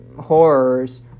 Horrors